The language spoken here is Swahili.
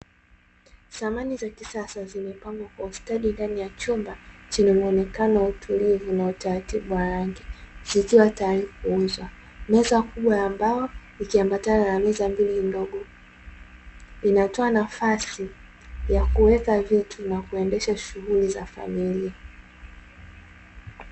Samani za kisasa zimepangwa kwa ustadi ndani ya chumba chenye muonekano wa utulivu na utaratibu wa rangi, zikiwa tayari kuuzwa. Meza kubwa ya mbao, ikiambatana na meza mbili ndogo, inatoa nafasi ya kuweka vitu na kuendesha shughuli za familia.